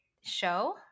show